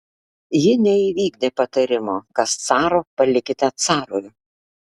ji neįvykdė patarimo kas caro palikite carui